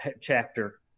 chapter